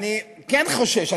ואני כן חושש.